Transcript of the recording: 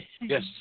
Yes